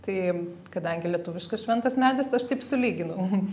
tai kadangi lietuviškas šventas medis aš taip sulyginau